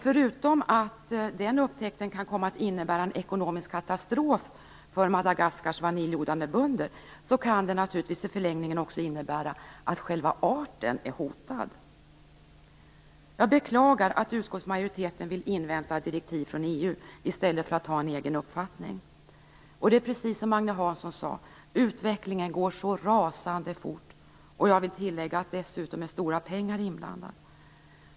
Förutom att den upptäckten kan komma att innebära en ekonomisk katastrof för Madagaskars vaniljodlande bönder kan det naturligtvis i förlängningen också innebära att själva arten hotas. Jag beklagar att utskottsmajoriteten vill invänta direktiv från EU i stället för att ha en egen uppfattning. Det är precis som Agne Hansson sade: Utvecklingen går så rasande fort. Jag vill tillägga att det dessutom är stora pengar inblandade.